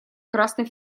красный